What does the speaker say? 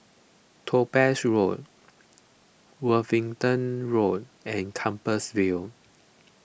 Topaz Road Worthing Road and Compassvale